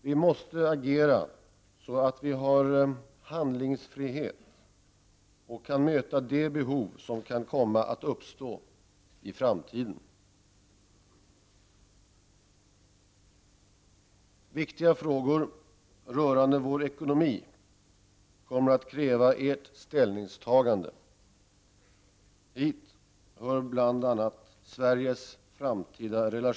Vi måste agera så att vi har handlingsfrihet och kan möta de behov som kan komma att uppstå i framtiden. Viktiga frågor rörande vår ekonomi kommer att kräva Edert ställningstagande. Dit hör bl.a.